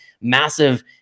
massive